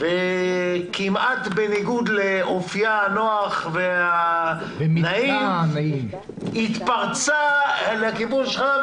כמעט בניגוד לאופייה הנוח והנעים היא התפרצה לכיוון שלך.